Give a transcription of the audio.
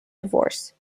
divorce